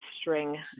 string